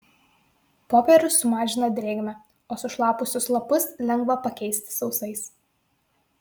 popierius sumažina drėgmę o sušlapusius lapus lengva pakeisti sausais